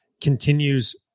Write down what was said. continues